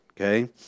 Okay